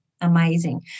amazing